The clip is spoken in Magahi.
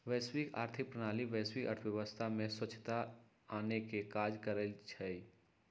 वैश्विक आर्थिक प्रणाली वैश्विक अर्थव्यवस्था में स्वछता आनेके काज करइ छइ